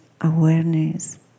awareness